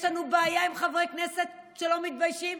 יש לנו בעיה עם חברי כנסת שלא מתביישים,